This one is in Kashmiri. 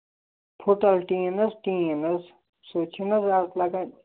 ہوٹل ٹیٖن حظ ٹیٖن حظ سُہ چھُ نہَ حظ لَگان